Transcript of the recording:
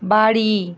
বাড়ি